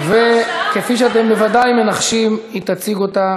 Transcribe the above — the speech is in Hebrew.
כפי שאתם ודאי מנחשים, היא תציג אותה,